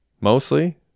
mostly